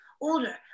older